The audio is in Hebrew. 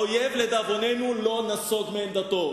האויב, לדאבוננו, לא נסוג מעמדתו.